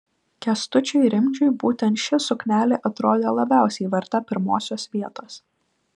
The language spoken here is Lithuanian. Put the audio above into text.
kęstučiui rimdžiui būtent ši suknelė atrodė labiausiai verta pirmosios vietos